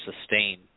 sustain